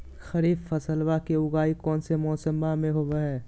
खरीफ फसलवा के उगाई कौन से मौसमा मे होवय है?